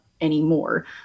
anymore